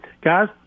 guys